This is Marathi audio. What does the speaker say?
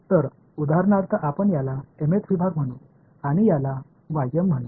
तर उदाहरणार्थ आपण याला mth विभाग म्हणू आणि याला म्हणू